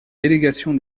délégation